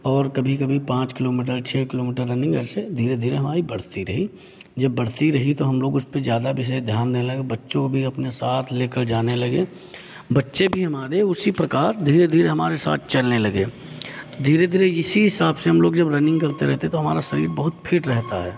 और कभी कभी पाँच किलोमीटर छह किलोमीटर रनिंग ऐसे धीरे धीरे हमारी बढ़ती रही जब बढ़ती रही तो हम लोग उस पे ज़्यादा विशेष ध्यान देने लगे बच्चों भी अपने साथ लेकर जाने लगे बच्चे भी हमारे उसी प्रकार धीरे धीरे हमारे साथ चलने लगे धीरे धीरे इसी हिसाब से जब हम लोग रनिंग करते रहते तो हमारा शरीर बहुत फिट रहता है